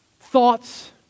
thoughts